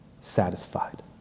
satisfied